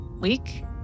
week